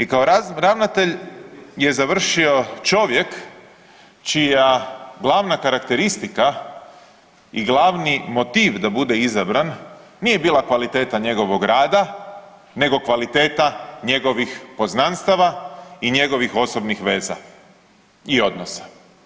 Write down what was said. I kao ravnatelj je završio čovjek čija glavna karakteristika i glavni motiv da bude izabran nije bila kvaliteta njegovog rada, nego kvaliteta njegovih poznanstava i njegovih osobnih veza i odnosa.